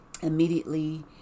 immediately